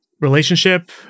relationship